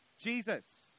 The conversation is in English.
Jesus